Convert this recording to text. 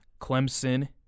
Clemson